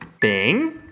Bing